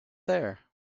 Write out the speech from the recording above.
there